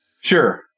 Sure